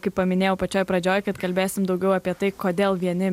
kaip paminėjau pačioj pradžioj kad kalbėsim daugiau apie tai kodėl vieni